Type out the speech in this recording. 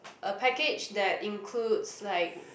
a package that includes like